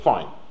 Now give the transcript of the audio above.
Fine